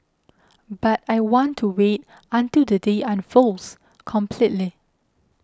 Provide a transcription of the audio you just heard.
but I want to wait until the day unfolds completely